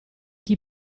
chi